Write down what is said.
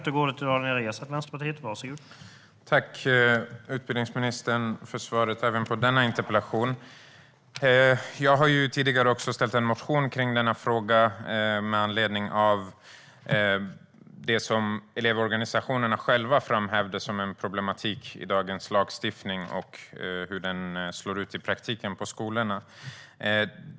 Herr talman! Tack, utbildningsministern, för svaret även på denna interpellation! Jag har tidigare även lagt en motion om denna fråga med anledning av det som elevorganisationerna själva framhöll som en problematik med dagens lagstiftning och hur den i praktiken slår ute på skolorna.